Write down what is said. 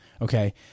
okay